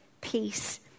peace